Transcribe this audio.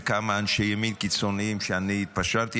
ידי כמה אנשי ימין קיצוניים שאני התפשרתי,